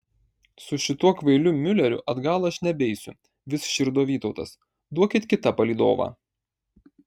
su šituo kvailiu miuleriu atgal aš nebeisiu vis širdo vytautas duokit kitą palydovą